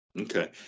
Okay